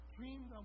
Dreams